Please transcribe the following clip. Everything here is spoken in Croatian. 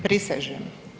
Prisežem.